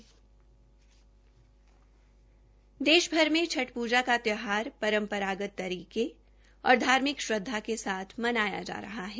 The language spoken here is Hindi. आज देशभर में छठ पूजा का त्यौहर परम्परागत तरीके और धार्मिक श्रद्धा के साथ मनाया जा रहा है